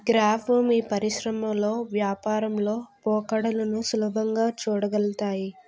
graph మీ పరిశ్రమలో వ్యాపారంలో పోకడలను సులభంగా చూడగలతాయి